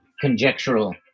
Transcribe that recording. conjectural